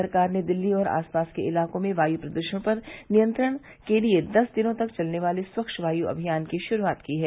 सरकार ने दिल्ली और आसपास के इलाकों में वायु प्रदूषण पर नियंत्रण के लिए दस दिनों तक चलने वाले स्वच्छ वायु अभियान की शुरूआत की है